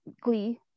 glee